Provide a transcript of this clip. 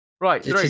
Right